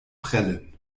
prellen